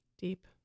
deep